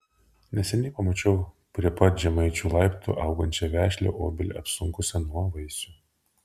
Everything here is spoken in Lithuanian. neseniai pamačiau prie pat žemaičių laiptų augančią vešlią obelį apsunkusią nuo vaisių